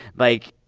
like,